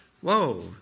whoa